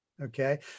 Okay